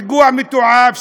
פיגוע מתועב,